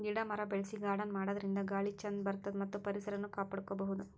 ಗಿಡ ಮರ ಬೆಳಸಿ ಗಾರ್ಡನ್ ಮಾಡದ್ರಿನ್ದ ಗಾಳಿ ಚಂದ್ ಬರ್ತದ್ ಮತ್ತ್ ಪರಿಸರನು ಕಾಪಾಡ್ಕೊಬಹುದ್